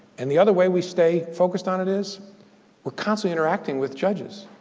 and the other way we stay focused on it is we're causing interacting with judges.